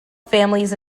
families